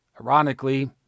ironically